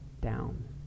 down